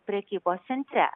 prekybos centre